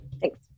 Thanks